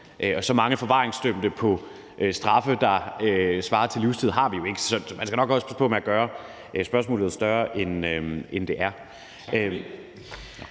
og så mange forvaringsdømte på straffe, der svarer til livstid, har vi jo ikke. Så man skal nok også passe på med at gøre spørgsmålet større, end det er. Kl.